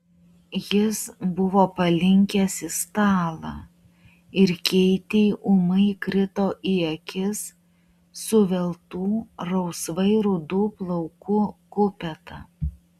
jis buvo palinkęs į stalą ir keitei ūmai krito į akis suveltų rausvai rudų plaukų kupeta